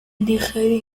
nigeria